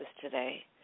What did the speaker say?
today